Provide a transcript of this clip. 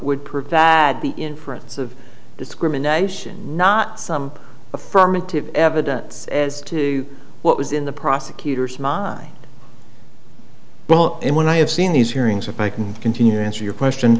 would prove that the inference of discrimination not some affirmative evidence as to what was in the prosecutor's mind well and when i have seen these hearings if i can continue to answer your question